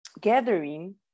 gathering